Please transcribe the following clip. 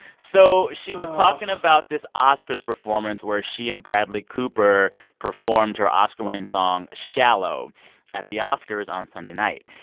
so she was talking about this oscars performance where she and bradley cooper performed her oscar-winning song shallow at the oscars on sunday night.